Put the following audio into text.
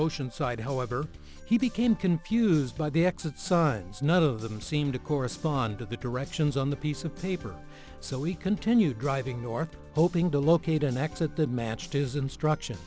oceanside however he became confused by the exit signs none of them seem to correspond to the directions on the piece of paper so he continued driving north hoping to locate an exit the matched his instructions